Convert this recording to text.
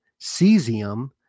cesium